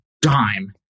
dime